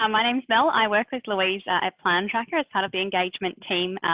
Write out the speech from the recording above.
um my name is mel, i work with louise at at plan tracker as part of the engagement team,